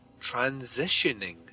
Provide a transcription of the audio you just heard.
transitioning